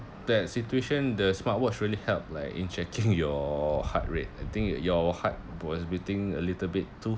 that situation the smartwatch really help like in checking your heart rate I think your heart was beating a little bit too